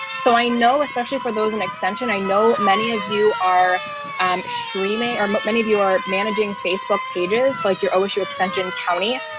so i know especially for those an extension i know many of you are um streaming or but many of you are managing facebook pages like your osu extension county,